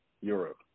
Europe